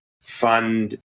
fund